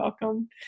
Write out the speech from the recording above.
welcome